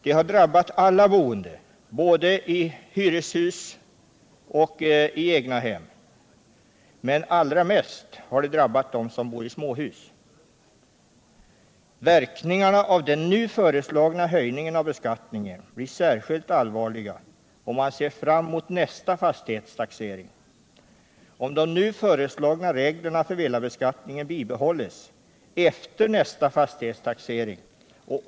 Det har drabbat alla boende men allra mest dem som har småhus. Verkningarna av den nu föreslagna höjningen av beskattningen blir särskilt allvarliga om de nu föreslagna reglerna för villabeskattningen bibehålls efter nästa fastighetstaxering.